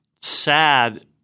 Sad